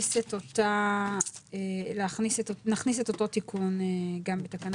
נכניס את אותו תיקון גם בתקנה